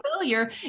failure